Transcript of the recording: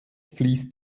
fließt